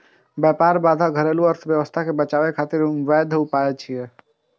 व्यापार बाधा घरेलू अर्थव्यवस्था कें बचाबै खातिर वैध उपाय छियै